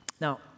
Now